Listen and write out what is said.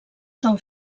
són